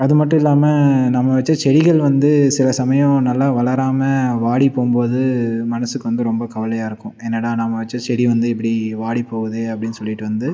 அது மட்டும் இல்லாமல் நம்ம வச்ச செடிகள் வந்து சில சமயம் நல்லா வளராமல் வாடி போகும் போது மனதுக்கு வந்து ரொம்ப கவலையாக இருக்கும் என்னடா நம்ம வச்ச செடி வந்து இப்படி வாடி போகுது அப்படின்னு சொல்லிவிட்டு வந்து